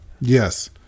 Yes